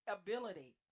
ability